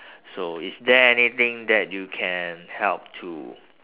so is there anything that you can help to